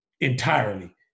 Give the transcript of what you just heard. entirely